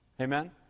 Amen